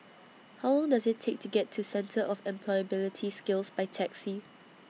How Long Does IT Take to get to Centre For Employability Skills By Taxi